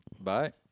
Bye